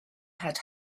had